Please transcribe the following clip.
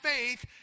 faith